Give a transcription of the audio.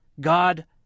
God